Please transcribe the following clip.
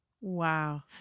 Wow